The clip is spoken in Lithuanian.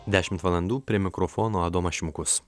dešimt valandų prie mikrofono adomas šimkus